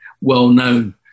well-known